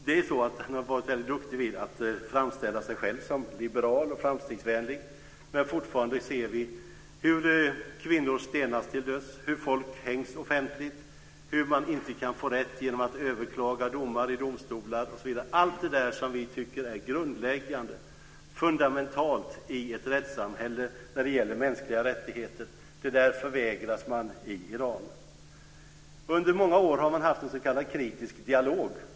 Det är ju så att han har varit väldigt duktig på att framställa sig själv som liberal och framstegsvänlig, men fortfarande ser vi hur kvinnor stenas till döds, hur folk hängs offentligt, hur man inte kan få rätt genom att överklaga domar i domstolar osv. Allt det där som vi tycker är grundläggande, fundamentalt i ett rättssamhälle när det gäller mänskliga rättigheter, det förvägras man i Iran. Under många år har man haft en s.k. kritisk dialog.